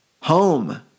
home